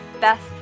best